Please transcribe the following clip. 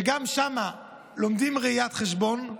שגם בו לומדים ראיית חשבון,